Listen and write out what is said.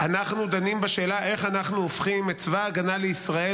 אנחנו דנים בשאלה איך אנחנו הופכים את צבא ההגנה לישראל